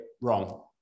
wrong